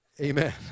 Amen